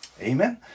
Amen